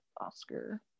oscar